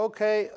Okay